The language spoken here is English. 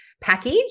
package